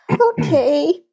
Okay